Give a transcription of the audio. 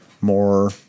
more